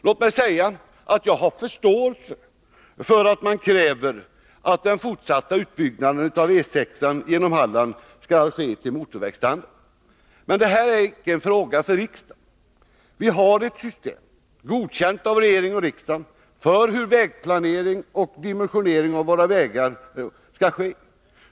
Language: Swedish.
Låt mig säga att jag har förståelse för att man kräver att den fortsatta utbyggnaden av E 6 genom Halland skall ske till motorvägsstandard. Men detta är inte en fråga för riksdagen. Vi har ett system — godkänt av regering och riksdag — för hur vägplanering och dimensionering av våra vägar skall ske.